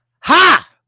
Ha